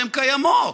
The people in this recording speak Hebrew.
והן קיימות,